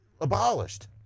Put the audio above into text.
abolished